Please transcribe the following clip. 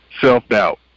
self-doubt